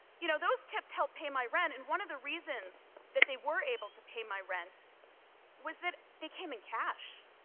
you know those tips help pay my rent and one of the reasons that they were able to pay my rent was that they came in cash.